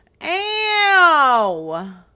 ow